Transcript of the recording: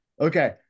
Okay